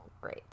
great